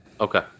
okay